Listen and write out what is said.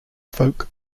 folk